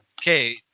okay